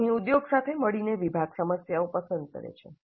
અહી ઉદ્યોગ સાથે મળીને વિભાગ સમસ્યાઓ પસંદ કરે છે